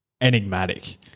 enigmatic